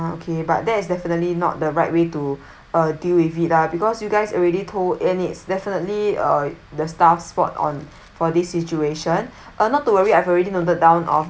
okay but there is definitely not the right way to deal with it lah because you guys already told and it's definitely uh the staff's fault on for this situation uh not to worry I've already know the down of